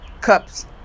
cup's